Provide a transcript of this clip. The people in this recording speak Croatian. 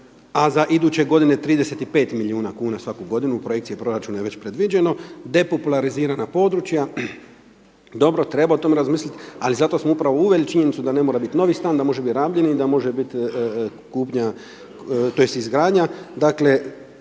a za iduće godine 35 milijuna kuna svaku godinu u projekcije proračuna je već predviđeno, de populizirana područja. Dobro treba o tome razmisliti, ali zato smo upravo uveli činjenicu da ne mora biti novi stan, da može biti rabljeni i da može biti kupnja tj. izgradnja. Dakle,